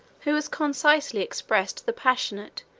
who has concisely expressed the passionate,